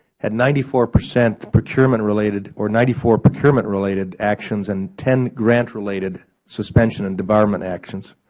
had ninety four percent procurement-related, or ninety four procurement-related actions and ten grant-related suspension and debarment actions.